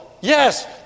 Yes